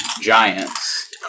giants